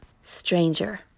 Stranger